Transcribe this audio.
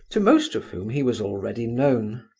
to most of whom he was already known.